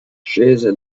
scese